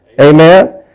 amen